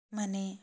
ಮನೆ